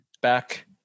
back